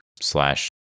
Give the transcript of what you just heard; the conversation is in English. slash